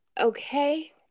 Okay